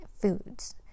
foods